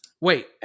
wait